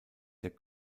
der